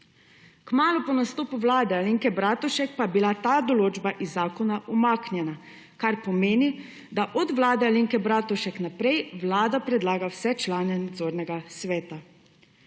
Kmalu po nastopu vlade Alenke Bratušek, pa je bila ta določba iz zakona umaknjena, kar pomeni, da od vlade Alenke Bratušek naprej, Vlada predlaga vse člane nadzornega sveta.